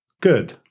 good